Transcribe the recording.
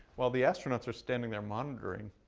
while the astronauts are standing there monitoring,